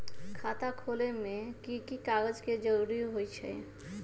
खाता खोले में कि की कागज के जरूरी होई छइ?